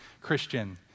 Christian